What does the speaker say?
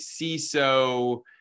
CISO